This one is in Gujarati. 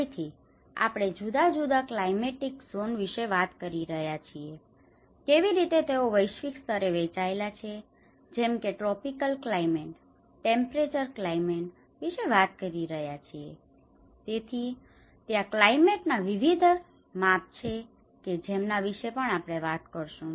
ફરીથી આપણે જુદા જુદા ક્લાયમેટિક ઝોન વિશે વાત કરી રહ્યા છીએ કેવી રીતે તેઓ વિશ્વિક સ્તરે વહેંચાયેલા છે જેમ કે ટ્રોપિકલ ક્લાયમેટ ટેમ્પરેચર ક્લાયમેટ વિશે વાત કરી રહ્યા છીએ તેથી ત્યાં ક્લાયમેટ ના વિવિધ માપ છે કે જેમના વિશે પણ આપણે વાત કરીશું